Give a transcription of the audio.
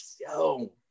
yo